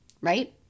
Right